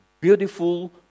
beautiful